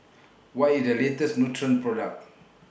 What IS The latest Nutren Product